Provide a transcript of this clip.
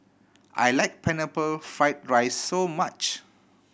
I like Pineapple Fried rice very much